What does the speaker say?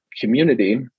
community